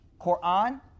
Quran